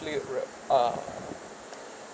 ~ally read uh